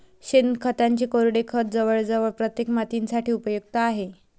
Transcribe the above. शेणखताचे कोरडे खत जवळजवळ प्रत्येक मातीसाठी उपयुक्त आहे